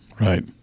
Right